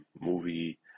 movie